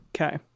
Okay